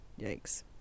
Yikes